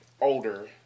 older